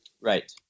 Right